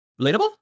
relatable